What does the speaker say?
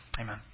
Amen